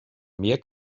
mehr